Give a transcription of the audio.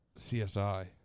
csi